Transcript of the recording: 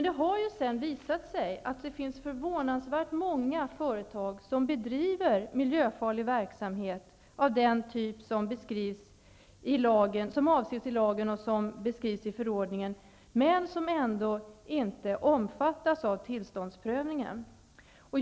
Det har senare visat sig att det finns förvånansvärt många företag som bedriver miljöfarlig verksamhet av den typ som avses i lagen och som beskrivs i förordningen men som ändå inte omfattas av tillståndsprövningen.